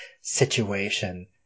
situation